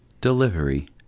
delivery